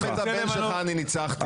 גם את הבן שלך אני ניצחתי.